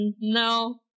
No